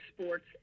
sports